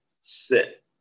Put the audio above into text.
sit